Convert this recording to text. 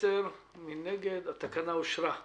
הצבעה בעד, רוב נגד, אין נמנעים,